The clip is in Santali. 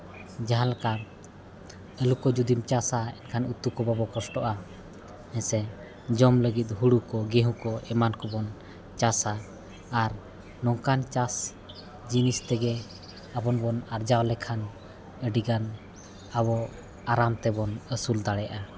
ᱡᱟᱦᱟᱸᱞᱮᱠᱟ ᱟᱹᱞᱩ ᱠᱚ ᱡᱩᱫᱤᱢ ᱪᱟᱥᱟ ᱮᱱᱠᱷᱟᱱ ᱩᱛᱩ ᱠᱚ ᱵᱟᱵᱚ ᱠᱚᱥᱴᱚᱜᱼᱟ ᱦᱮᱸᱥᱮ ᱡᱚᱢ ᱞᱟᱹᱜᱤᱫ ᱦᱳᱲᱳ ᱠᱚ ᱜᱮᱦᱩᱸ ᱠᱚ ᱮᱢᱟᱱ ᱠᱚᱵᱚᱱ ᱪᱟᱥᱟ ᱟᱨ ᱱᱚᱝᱠᱟᱱ ᱪᱟᱥ ᱡᱤᱱᱤᱥ ᱛᱮᱜᱮ ᱟᱵᱚᱵᱚᱱ ᱟᱨᱡᱟᱣ ᱞᱮᱠᱷᱟᱱ ᱟᱹᱰᱤ ᱜᱟᱱ ᱟᱵᱚ ᱟᱨᱟᱢ ᱛᱮᱵᱚ ᱟᱹᱥᱩᱞ ᱫᱟᱲᱮᱭᱟᱜᱼᱟ